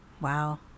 wow